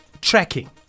tracking